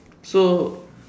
so